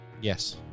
Yes